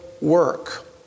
work